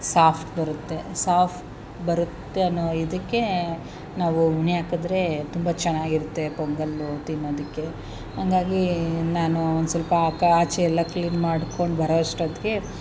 soft ಬರುತ್ತೆ soft ಬರುತ್ತೆ ಅನ್ನೋ ಇದಕ್ಕೇ ನಾವು ಹುಣೆ ಹಾಕಿದ್ರೆ ತುಂಬ ಚೆನ್ನಾಗಿರುತ್ತೆ ಪೊಂಗಲ್ಲು ತಿನ್ನೋದಕ್ಕೆ ಹಾಂಗಾಗಿ ನಾನು ಒಂದು ಸ್ವಲ್ಪ ಆಕ ಆಚೆ ಎಲ್ಲ ಕ್ಲೀನ್ ಮಾಡ್ಕೊಂಡು ಬರೋ ಅಷ್ಟೊತ್ತಿಗೆ